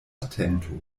atento